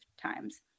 times